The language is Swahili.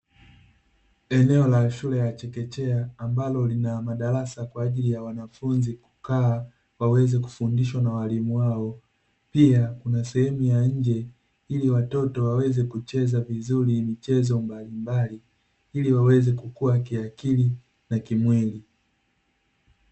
Eneo la shule ya chekechea ambalo lina madarasa kwa ajili ya wanafunzi kukaa, waweze kufundishwa na walimu wao. Pia, kuna sehemu ya nje ili watoto waweze kucheza vizuri michezo mbalimbali, ili waweze kukua kiakili na kimwili.